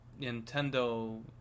Nintendo